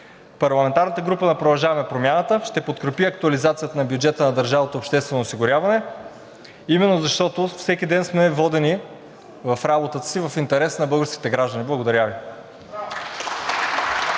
Парламентарната група на „Продължаваме Промяната“ ще подкрепи актуализацията на бюджета на държавното обществено осигуряване именно защото всеки ден сме водени в работата си в интерес на българските граждани. Благодаря Ви.